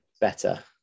better